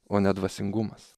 o ne dvasingumas